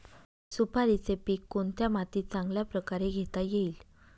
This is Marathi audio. सुपारीचे पीक कोणत्या मातीत चांगल्या प्रकारे घेता येईल?